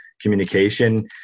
communication